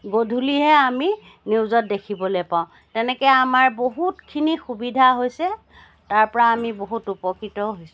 গধূলিহে আমি নিউজত দেখিবলৈ পাওঁ তেনেকৈ আমাৰ বহুতখিনি সুবিধা হৈছে তাৰপৰা আমি বহুত উপকৃতও হৈছোঁ